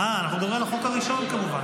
אה, אנחנו מדברים על החוק הראשון, כמובן.